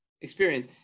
experience